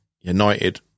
United